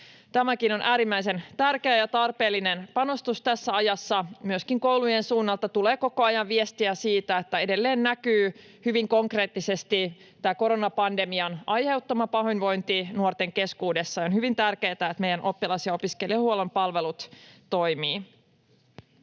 Tämäkin on äärimmäisen tärkeä ja tarpeellinen panostus tässä ajassa. Myöskin koulujen suunnalta tulee koko ajan viestiä siitä, että edelleen näkyy hyvin konkreettisesti tämän koronapandemian aiheuttama pahoinvointi nuorten keskuudessa, ja on hyvin tärkeätä, että meidän oppilas- ja opiskelijahuollon palvelut toimivat.